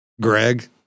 Greg